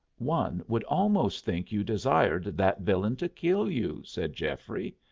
one would almost think you desired that villain to kill you, said geoffrey.